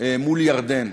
מול ירדן,